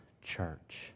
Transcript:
church